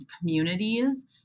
communities